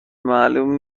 معلوم